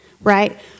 right